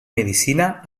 medicina